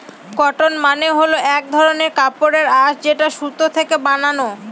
cotton মানে হল এক ধরনের কাপড়ের আঁশ যেটা সুতো থেকে বানানো